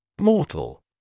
Mortal